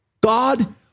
God